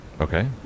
Okay